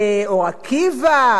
באור-עקיבא,